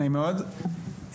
נעים מאוד,